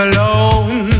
Alone